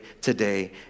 today